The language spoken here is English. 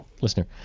listener